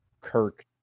Kirk